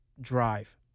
drive